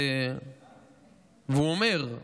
והוא אומר: